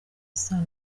isano